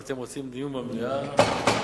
אנחנו רוצים דיון במליאה.